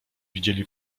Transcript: widzieli